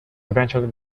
eventually